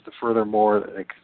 Furthermore